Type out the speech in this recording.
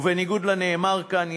ובניגוד לנאמר כאן,